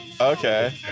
okay